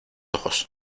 ojos